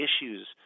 issues